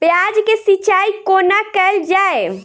प्याज केँ सिचाई कोना कैल जाए?